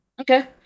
Okay